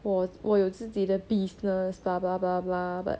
我我有自己的 business blah blah blah blah but